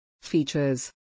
Features